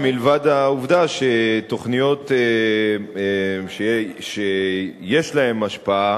מלבד העובדה שתוכניות שיש להן השפעה